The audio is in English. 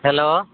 hello